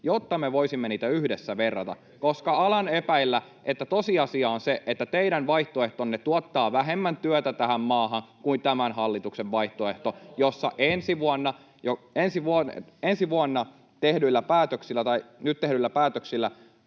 jo lakossa!] Nimittäin alan epäillä, että tosiasia on se, että teidän vaihtoehtonne tuottaa vähemmän työtä tähän maahan kuin tämän hallituksen vaihtoehto, jossa nyt tehdyillä päätöksillä keskipitkällä aikavälillä